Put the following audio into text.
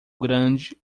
grande